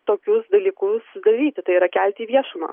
tokius dalykus daryti tai yra kelti į viešumą